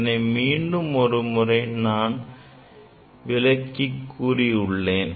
இதனை மீண்டும் ஒருமுறை நான் விளக்கிக் கூறி உள்ளேன்